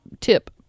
tip